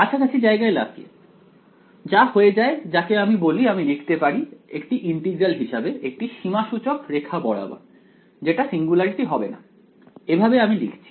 কাছাকাছি জায়গায় লাফিয়ে যা হয়ে যায় যাকে আমি বলি আমি লিখতে পারি একটি ইন্টিগ্রাল হিসাবে একটি সীমাসূচক রেখা বরাবর যেটা সিঙ্গুলারিটি হবে না এভাবে আমি লিখছি